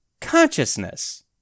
Consciousness